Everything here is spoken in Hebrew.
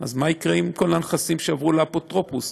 מה יקרה עם כל הנכסים שעברו לאפוטרופוס?